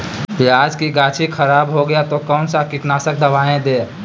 प्याज की गाछी खराब हो गया तो कौन सा कीटनाशक दवाएं दे?